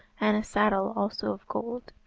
and a saddle also of gold.